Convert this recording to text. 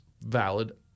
Valid